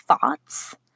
thoughts